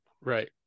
right